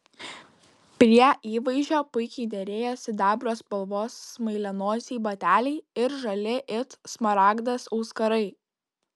prie įvaizdžio puikiai derėjo sidabro spalvos smailianosiai bateliai ir žali it smaragdas auskarai